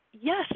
yes